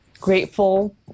grateful